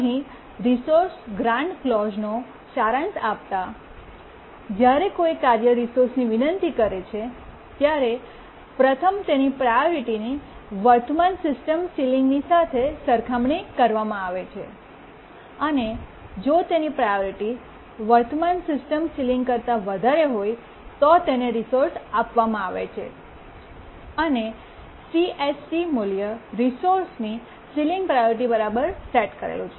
અહીં resource grant ક્લૉજ઼નો સારાંશ આપતા જ્યારે કોઈ કાર્ય રિસોર્સની વિનંતી કરે છે ત્યારે પ્રથમ તેની પ્રાયોરિટીની વર્તમાન સિસ્ટમની સીલીંગ સાથે સરખામણી કરવામાં આવે છે અને જો તેની પ્રાયોરિટી વર્તમાન સિસ્ટમની સીલીંગ કરતા વધારે હોય તો તેને રિસોર્સ આપવામાં આવે છે અને CSC મૂલ્ય રિસોર્સની સીલીંગ પ્રાયોરિટી બરાબર સેટ કરેલું છે